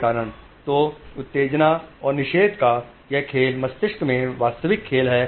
जो neuron firing कर रहे हैं या फ़ायरिंग नहीं कर रहे हैं तो उत्तेजना और निषेध का यह खेल मस्तिष्क में वास्तविक खेल है